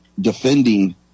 defending